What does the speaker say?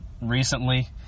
recently